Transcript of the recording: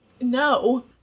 No